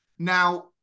Now